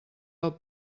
del